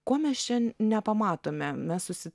ko mes čia nepamatome mes susi